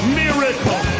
miracle